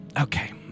Okay